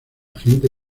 gente